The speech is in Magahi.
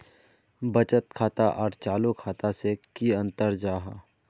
बचत खाता आर चालू खाता से की अंतर जाहा?